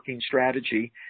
strategy